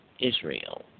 Israel